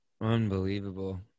unbelievable